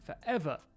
forever